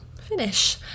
finish